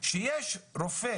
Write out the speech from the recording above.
שיש רופא